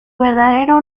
verdadero